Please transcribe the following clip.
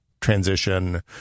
transition